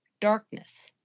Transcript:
darkness